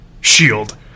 shield